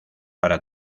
para